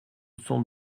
cent